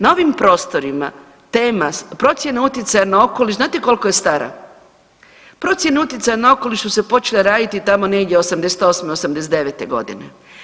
Na ovim prostorima tema procjena utjecaja na okoliš znate koliko je stara, procjene utjecaja na okoliš su se počele raditi tamo negdje '88., '89. godine.